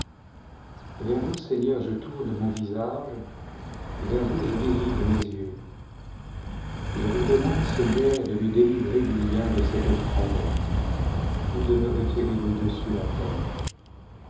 vers vous seigneur je tourne mon visage vers vous je dirige mes yeux je vous demande seigneur de me délivrer du lien de cet opprobre ou de me retirer de dessus la terre